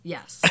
Yes